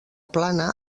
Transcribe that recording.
plana